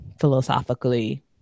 philosophically